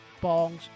bongs